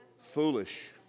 Foolish